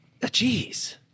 Jeez